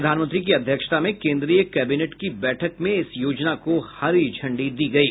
प्रधानमंत्री की अध्यक्षता में कोन्द्रीय कैबिनेट की बैठक में इस योजना को हरी झंडी दी गयी